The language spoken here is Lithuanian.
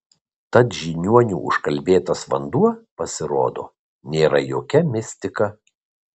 tad žiniuonių užkalbėtas vanduo pasirodo nėra jokia mistika